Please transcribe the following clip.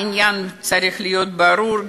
העניין צריך להיות ברור.